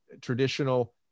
traditional